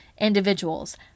individuals